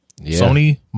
Sony